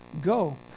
Go